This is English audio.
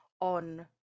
on